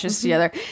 together